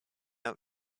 out